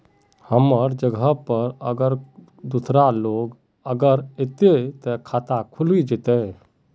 हमर जगह पर अगर दूसरा लोग अगर ऐते ते खाता खुल जते?